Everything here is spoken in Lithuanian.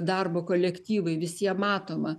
darbo kolektyvai visiem matoma